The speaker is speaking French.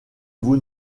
vous